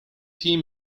tea